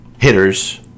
hitters